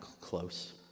close